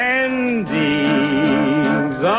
endings